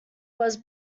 was